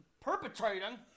perpetrating